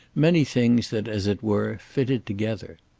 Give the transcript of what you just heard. many things that, as it were, fitted together.